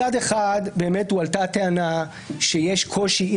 מצד אחד באמת הועלתה הטענה שיש קושי עם